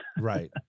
Right